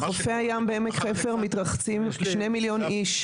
בחופי הים בעמק חפר מתרחצים שני מיליון איש.